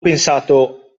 pensato